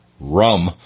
rum